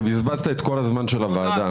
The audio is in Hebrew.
ובזבזת את כל הזמן של הוועדה.